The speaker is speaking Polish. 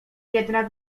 jednak